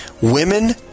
women